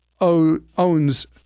owns